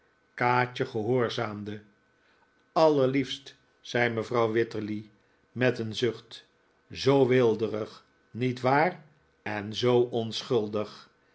kaatje gehoorzaamde allerliefst zei mevrouw wititterly met een zucht zoo weelderig niet waar en zoo onschuldig